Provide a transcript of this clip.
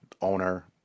owner